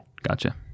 Gotcha